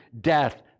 death